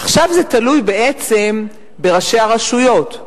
עכשיו, זה תלוי בעצם בראשי הרשויות,